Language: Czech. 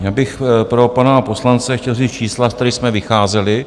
Já bych pro pana poslance chtěl říct čísla, z kterých jsme vycházeli.